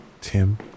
Tim